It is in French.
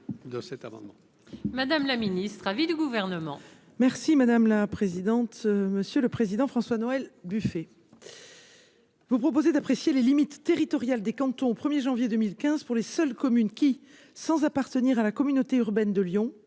Madame la ministre, avis du gouvernement. Merci madame la présidente, monsieur le président, François Noël Buffet. Vous proposez d'apprécier les limites territoriales des cantons au 1er janvier 2015 pour les seules communes qui, sans appartenir à la communauté urbaine de Lyon,